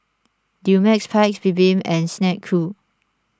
Dumex Paik's Bibim and Snek Ku